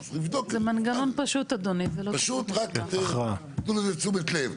זה מנגנון פשוט, רק תנו לו תשומת לב.